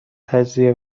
تجزیه